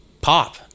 pop